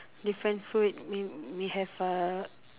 different food may have uh